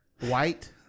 White